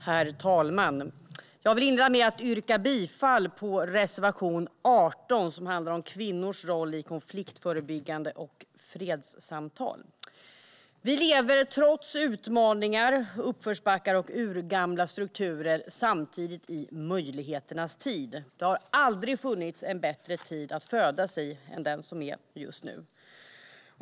Herr talman! Jag vill inleda med att yrka bifall till reservation 18 som handlar om kvinnors roll i konfliktförebyggande och fredssamtal. Vi lever trots utmaningar, uppförsbackar och urgamla strukturer i möjligheternas tid. Det har aldrig funnits en bättre tid att födas i än den som är just nu.